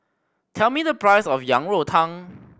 tell me the price of Yang Rou Tang